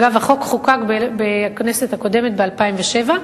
אגב, החוק חוקק בכנסת הקודמת, ב-2007,